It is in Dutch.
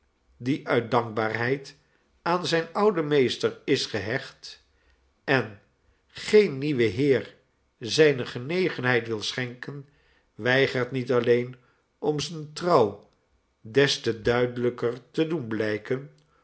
die uit dankbaarheid aan zijn ouden meester is gehecht en geen nieuwen heer zijne genegenheid wil schenken weigert niet alleen om zijne trouw des te duidelijker te doen blijken